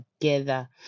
together